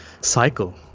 cycle